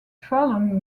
fallen